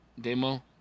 demo